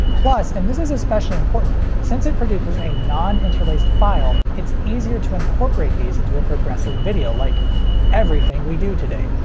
plus, and this is especially important, since it produces a non-interlaced file, it's easier to incorporate these into a progressive video like everything we do today,